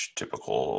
typical